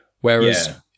Whereas